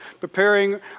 preparing